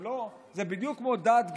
זה בדיוק כמו דת,